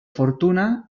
fortuna